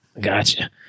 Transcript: Gotcha